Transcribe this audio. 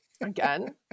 again